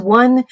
one